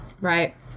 Right